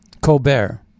Colbert